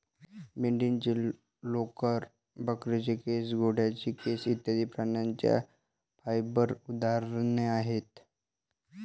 मेंढीचे लोकर, बकरीचे केस, घोड्याचे केस इत्यादि प्राण्यांच्या फाइबर उदाहरणे आहेत